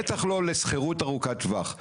בטח לא לשכירות ארוכת טווח.